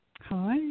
hi